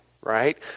right